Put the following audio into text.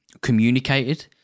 communicated